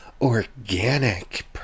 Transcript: organic